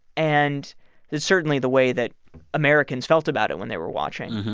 and that's certainly the way that americans felt about it when they were watching.